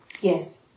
Yes